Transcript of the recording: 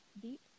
deep